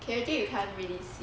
okay actually you can't really see